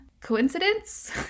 coincidence